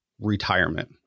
retirement